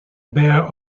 bare